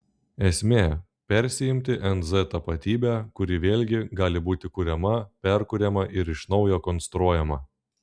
esmė persiimti nz tapatybe kuri vėlgi gali būti kuriama perkuriama ir iš naujo konstruojama